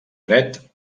dret